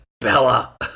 Bella